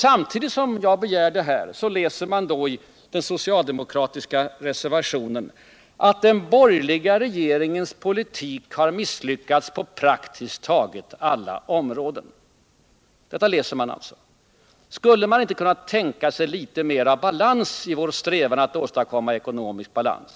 Samtidigt som jag begär detta kan man läsa i den socialdemokratiska reservationen att den borgerliga regeringens politik har misslyckats på praktiskt taget alla områden. Skulle man inte kunna tänka sig litet bättre balans i edra uttalanden om behovet av att åstadkomma ekonomisk balans?